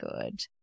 good